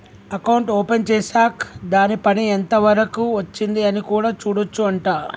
account open చేశాక్ దాని పని ఎంత వరకు వచ్చింది అని కూడా చూడొచ్చు అంట